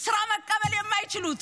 להלן תרגומם: